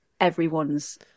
everyone's